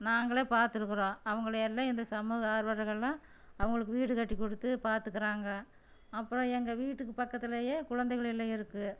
நாங்களே பார்த்திருக்குறோம் அவங்களயெல்லாம் இந்த சமூக ஆர்வலர்கள்லாம் அவங்களுக்கு வீடு கட்டி கொடுத்து பாத்துக்கிறாங்க அப்றம் எங்கள் வீட்டுக்கு பக்கத்துலேயே குழந்தைகள் இல்லம் இருக்கு